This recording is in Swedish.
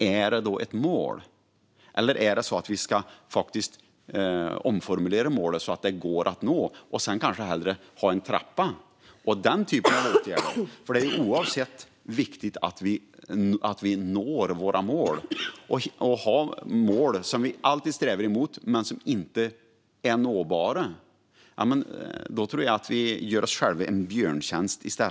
Är det då ett mål, eller ska vi omformulera det så att det går att nå och kanske hellre ha en trappa eller den typen av åtgärder? Oavsett vilket är det ju viktigt att vi når våra mål. Om vi har mål som vi alltid strävar mot men som inte är nåbara tror jag att vi gör oss själva en björntjänst.